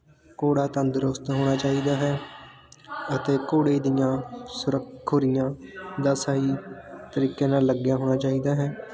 ਘੋੜਾ ਤੰਦਰੁਸਤ ਹੋਣਾ ਚਾਹੀਦਾ ਹੈ ਅਤੇ ਘੋੜੇ ਦੀਆਂ ਸੁਰਖ ਖੁਰੀਆਂ ਦਾ ਸਹੀ ਤਰੀਕੇ ਨਾਲ ਲੱਗਿਆ ਹੋਣਾ ਚਾਹੀਦਾ ਹੈ